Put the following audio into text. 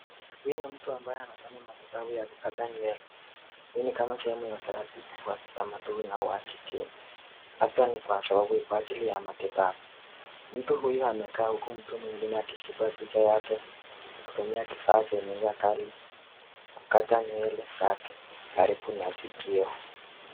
Huyu ni mtu ambaye anafanya matibabu ya kukata nywele, hii nikama sehemu ya utaratibu wa utamaduni au wa kigeni hata ni kwa sababu ya ajili ya matibabu. Mtu huyu amekaa huko huku mtu mwingine ameshikwa kichwa yake akitumia kifaa chenye njaa kali kukata nywele zake karibu na sikio.